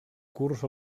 curs